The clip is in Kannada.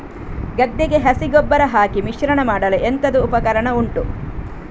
ಗದ್ದೆಗೆ ಹಸಿ ಗೊಬ್ಬರ ಹಾಕಿ ಮಿಶ್ರಣ ಮಾಡಲು ಎಂತದು ಉಪಕರಣ ಉಂಟು?